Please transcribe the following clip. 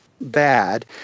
bad